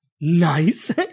Nice